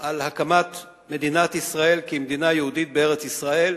על הקמת מדינת ישראל כמדינה יהודית בארץ-ישראל: